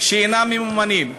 שאינם ממומנים,